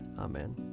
Amen